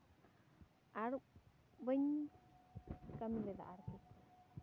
ᱟᱨ ᱵᱟᱹᱧ ᱠᱟᱹᱢᱤ ᱞᱮᱫᱟ ᱟᱨᱠᱤ